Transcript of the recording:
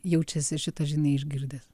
jaučiasi šitą žinią išgirdęs